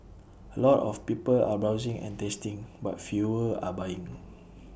A lot of people are browsing and tasting but fewer are buying